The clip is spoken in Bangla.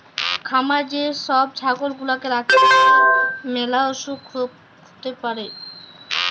খামারে যে সব ছাগল গুলাকে রাখে তাদের ম্যালা অসুখ হ্যতে পারে